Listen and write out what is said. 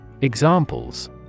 Examples